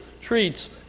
treats